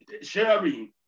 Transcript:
sharing